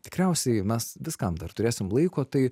tikriausiai mes viskam dar turėsim laiko tai